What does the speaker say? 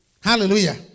Hallelujah